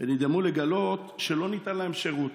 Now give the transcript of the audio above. ונדהמו לגלות שלא ניתן להם שירות,